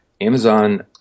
Amazon